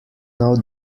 know